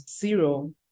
zero